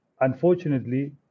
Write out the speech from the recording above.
unfortunately